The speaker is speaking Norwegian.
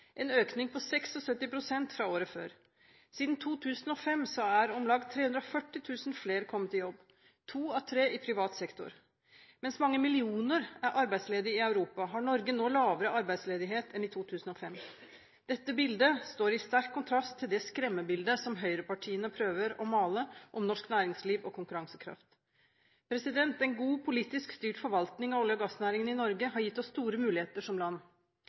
en økning på 76 pst. fra året før. Siden 2005 er om lag 340 000 flere kommet i jobb – to av tre i privat sektor. Mens mange millioner er arbeidsledige i Europa, har Norge nå lavere arbeidsledighet enn i 2005. Dette bildet står i sterk kontrast til det skremmebildet som høyrepartiene prøver å male om norsk næringsliv og konkurransekraft. En god, politisk styrt forvaltning av olje- og gassnæringen i Norge har gitt oss store muligheter som land.